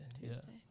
Tuesday